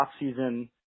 offseason